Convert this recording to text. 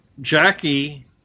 Jackie